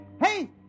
Hey